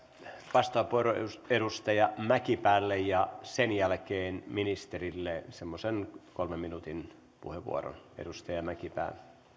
vastauspuheenvuoron edustaja mäkipäälle ja sen jälkeen ministerille semmoisen kolmen minuutin puheenvuoron edustaja mäkipää